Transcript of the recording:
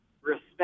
respect